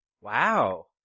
Wow